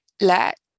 let